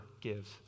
gives